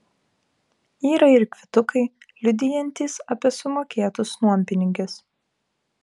yra ir kvitukai liudijantys apie sumokėtus nuompinigius